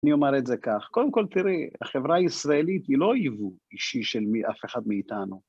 אני אומר את זה כך, קודם כל, תראי, החברה הישראלית היא לא יבוא אישי של מי.. של אף אחד מאיתנו.